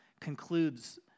concludes